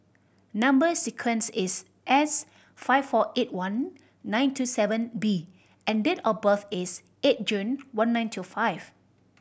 number sequence is S five four eight one nine two seven B and date of birth is eight June one nine two five